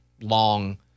long